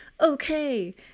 okay